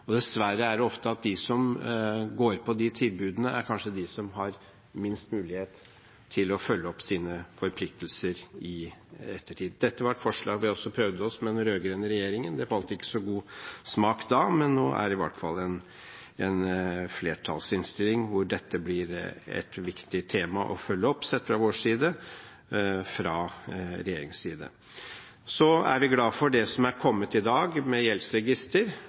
Dessverre er det ofte slik at de som går på de tilbudene, kanskje er de som har minst mulighet til å følge opp sine forpliktelser i ettertid. Dette var et forslag vi også prøvde oss med overfor den rød-grønne regjeringen. Det falt ikke i så god smak da, men nå er det i hvert fall en flertallsinnstilling hvor dette, sett fra vår side, blir et viktig tema å følge opp fra regjeringens side. Så er vi glade for det som er kommet i dag – med gjeldsregister